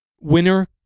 winner